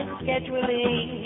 scheduling